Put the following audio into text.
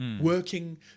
working